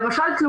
למשל,